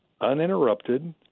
uninterrupted